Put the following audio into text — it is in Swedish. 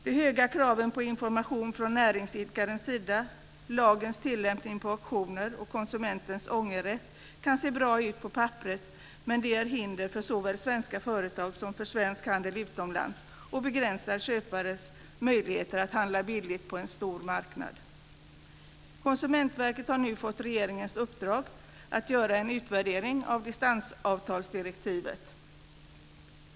De höga kraven på information från näringsidkarens sida, lagens tillämplighet på auktioner och konsumentens ångerrätt kan se bra ut på papperet, men de är hinder för såväl svenska företag som svensk handel utomlands och begränsar svenska köpares möjligheter att handla billigt på en stor marknad. Konsumentverket har nu fått regeringens uppdrag att göra en utvärdering av distansavtalsdirektivet.